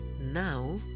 Now